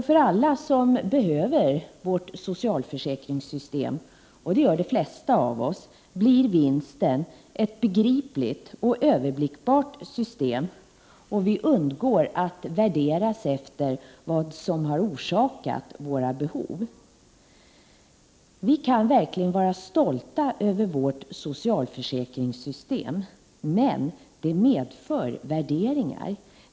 För alla som behöver vårt socialförsäkringssystem — och det gör de flesta av oss — blir vinsten ett begripligt och överblickbart system och att vi undgår att värderas efter vad som har orsakat våra behov. Vi kan verkligen vara stolta över vårt socialförsäkringssystem, men det medför värderingar.